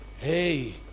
Hey